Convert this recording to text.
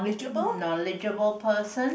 knowledgeable person